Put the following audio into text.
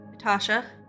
Natasha